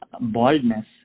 baldness